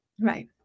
Right